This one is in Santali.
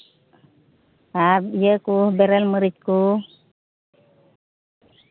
ᱟᱨ ᱤᱭᱟᱹ ᱠᱚ ᱵᱮᱨᱮᱞ ᱢᱟᱨᱤᱪ ᱠᱚ